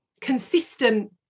consistent